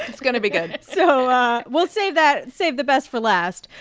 it's going to be good. so we'll save that save the best for last.